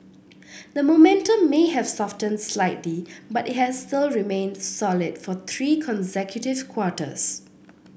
the momentum may have softened slightly but it has still remained solid for three consecutive quarters